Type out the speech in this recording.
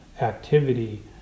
activity